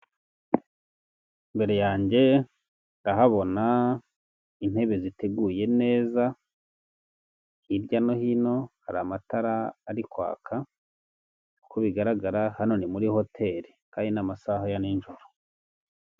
Imbere yanjye ndahabona intebe ziteguye neza hirya no hino hari amatara ari kwaka uko bigaragara hano ni muri hotel kandi nii amasaha ya nijoro.